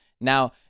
Now